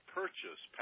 purchase